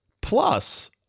Plus